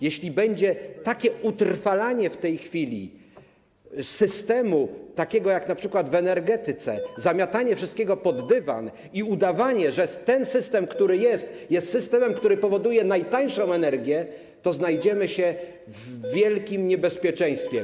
Jeśli będzie utrwalanie w tej chwili takiego systemu jak np. w energetyce, zamiatanie wszystkiego pod dywan i udawanie, że ten system, który jest, jest systemem, który powoduje, że jest najtańsza energia, to znajdziemy się w wielkim niebezpieczeństwie.